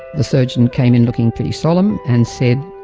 the surgeon came in looking pretty solemn and said,